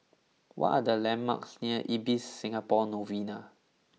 what are the landmarks near Ibis Singapore Novena